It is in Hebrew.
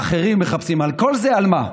והאחרים מחפשים, וכל זה על מה?